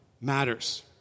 matters